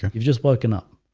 you've just woken up.